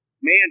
Man